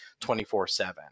24-7